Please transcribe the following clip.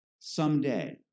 Someday